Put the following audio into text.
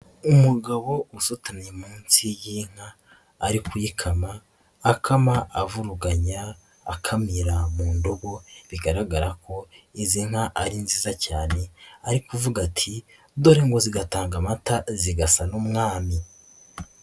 Umugabo usutamye munsi y'inka ari kuyikama, akama avuruganya akamira mu ndobo bigaragara ko izi nka ari nziza cyane ari kuvuga ati "dore ngo zigatanga amata zigasa n'umwami."